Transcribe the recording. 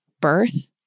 birth